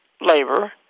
labor